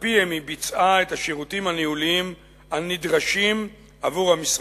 ועל-פיהם היא ביצעה את השירותים הניהוליים הנדרשים עבור המשרד.